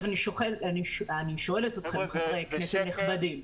אני שואלת אתכם חברי כנסת נכבדים,